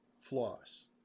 floss